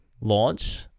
launch